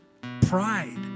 pride